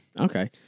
Okay